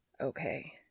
okay